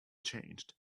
changed